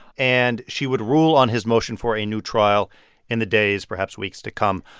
and she would rule on his motion for a new trial in the days, perhaps weeks, to come.